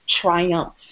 triumph